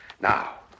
Now